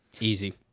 Easy